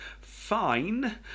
Fine